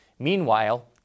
Meanwhile